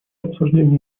обсуждение